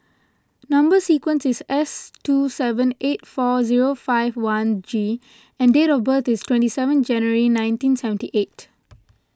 Number Sequence is S two seven eight four zero five one G and date of birth is twenty seven January nineteen seventy eight